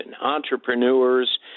entrepreneurs